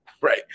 Right